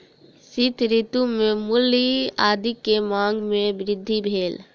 शीत ऋतू में मूली आदी के मांग में वृद्धि भेल